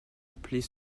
appeler